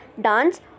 Dance